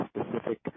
specific